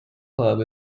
club